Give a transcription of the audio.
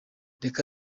reka